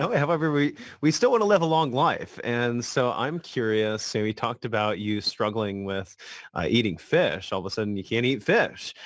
however, we we still want to live a long life. and so, i'm curious, so we talked about you struggling with eating fish. all of a sudden, you can't eat fish.